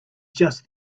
just